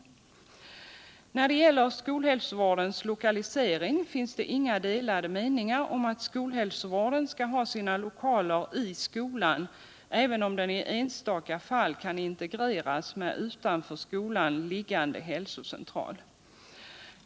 När det gäller skolhälsovärdens lokalisering finns det inga delade meningar om att skolhälsovården skall ha sina lokaler i skolan, även om den i enstaka fall kan integreras med utanför skolan liggande hälsocentral.